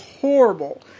horrible